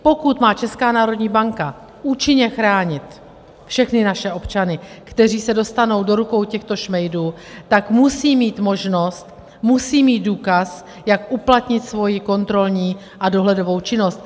Pokud má Česká národní banka účinně chránit všechny naše občany, kteří se dostanou do rukou těchto šmejdů, tak musí mít možnost, musí mít důkaz, jak uplatnit svoji kontrolní a dohledovou činnost.